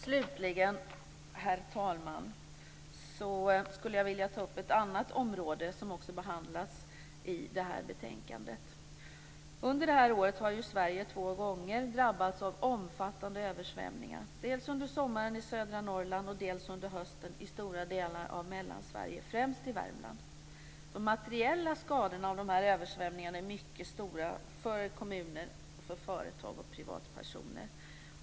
Slutligen, herr talman, skulle jag vilja ta upp ett annat område som också behandlas i detta betänkande. Under detta år har Sverige två gånger drabbats av omfattande översvämningar: dels under sommaren i södra Norrland, dels under hösten i stora delar av Mellansverige - främst i Värmland. De materiella skadorna till följd av dessa översvämningar är mycket stora för kommuner, företag och privatpersoner.